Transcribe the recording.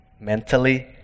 mentally